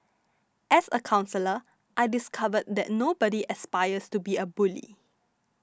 as a counsellor I discovered that nobody aspires to be a bully